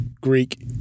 Greek